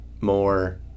more